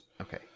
Okay